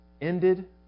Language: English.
ended